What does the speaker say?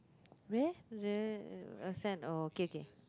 where the a sand oh okay okay